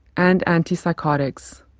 and antipsychotics.